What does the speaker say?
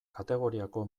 kategoriako